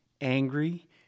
angry